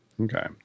Okay